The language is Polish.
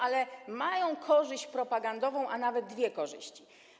Ale mają korzyść propagandową, a nawet dwie korzyści.